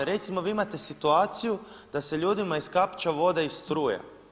Recimo vi imate situaciju da se ljudima iskapča voda iz struje.